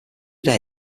day